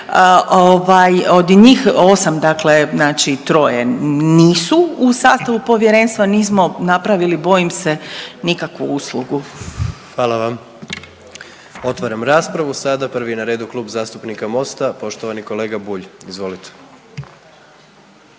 od njih osam dakle troje nisu u sastavu povjerenstva, nismo napravili bojim se nikakvu uslugu. **Jandroković, Gordan (HDZ)** Hvala vam. Otvaram raspravu sada, prvi je na radu Klub zastupnika Mosta poštovani kolega Bulj. Izvolite.